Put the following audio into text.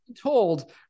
told